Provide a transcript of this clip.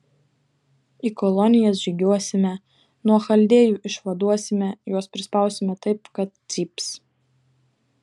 į kolonijas žygiuosime nuo chaldėjų išvaduosime juos prispausime taip kad cyps